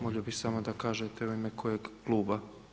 Molio bih samo da kažete u ime kojeg kluba.